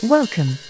Welcome